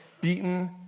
beaten